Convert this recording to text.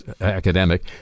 academic